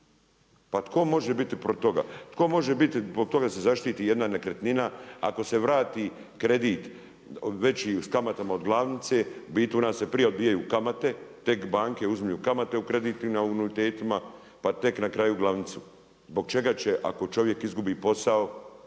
Pa tko može biti protiv toga? Tko može biti protiv toga da se zaštititi jedna nekretnina? Ako se vrati kredit veći s kamatama od glavnice, bit tu je da se prije odbijaju kamate, tek banke uzimaju kamate u kreditima u anuitetima, pa na kraju glavnicu. Od čega će ako čovjek izgubi posao,